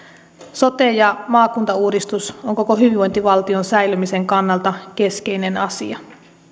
sote ja maakuntauudistus on koko hyvinvointivaltion säilymisen kannalta keskeinen asia